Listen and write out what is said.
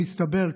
מסתבר,